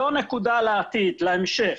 זו נקודה לעתיד, להמשך.